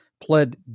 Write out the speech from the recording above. pled